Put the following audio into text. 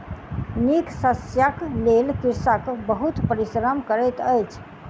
नीक शस्यक लेल कृषक बहुत परिश्रम करैत अछि